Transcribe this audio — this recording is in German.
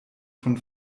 von